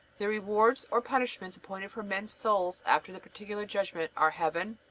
the rewards or punishments appointed for men's souls after the particular judgment are heaven,